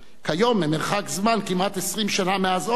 כיום, ממרחק הזמן, כמעט 20 שנה מאז אוסלו,